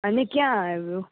અને ક્યાં આવ્યું